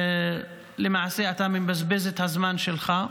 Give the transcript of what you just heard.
למעשה, אתה מבזבז את הזמן שלך,